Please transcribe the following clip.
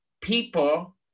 People